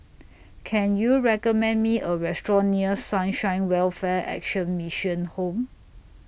Can YOU recommend Me A Restaurant near Sunshine Welfare Action Mission Home